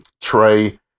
Trey